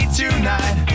tonight